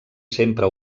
sempre